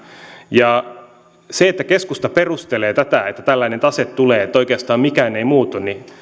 se että keskusta perustelee tätä että tällainen tase tulee sillä että oikeastaan mikään ei muutu niin miksi